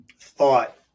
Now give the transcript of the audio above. thought